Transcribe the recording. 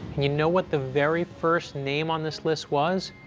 you know what the very first name on this list was?